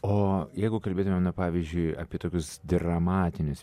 o jeigu kalbėtumėm na pavyzdžiui apie tokius dramatinius